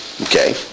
Okay